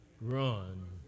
run